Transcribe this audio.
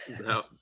no